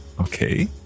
Okay